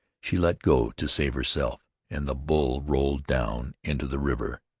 she let go to save herself, and the bull rolled down into the river.